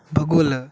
भगुलं